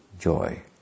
joy